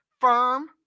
firm